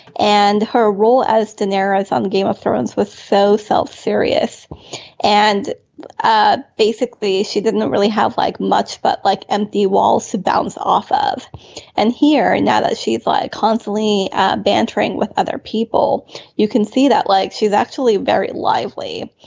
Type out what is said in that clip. and her role as de niro is on the game of thrones was so self serious and ah basically she didn't really have like much but like empty walls to bounce off of and here and now that she's like constantly ah bantering with other people you can see that like she's actually very lively.